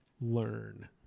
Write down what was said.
learn